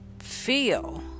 feel